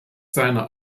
seiner